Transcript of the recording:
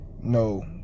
no